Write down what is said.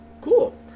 Cool